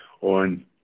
on